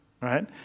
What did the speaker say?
Right